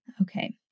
Okay